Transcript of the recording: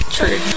True